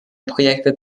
projekte